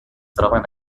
troben